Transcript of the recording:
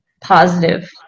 positive